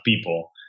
people